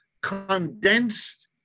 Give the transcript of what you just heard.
condensed